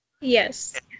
Yes